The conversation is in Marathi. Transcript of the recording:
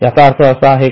याचा अर्थ असा आहे का